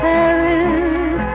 Paris